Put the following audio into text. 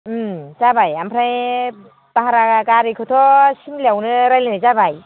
उम जाबाय ओमफ्राय भारा गारिखौथ' सिमलायावनो रायलायनाय जाबाय